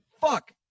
fuck